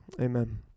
Amen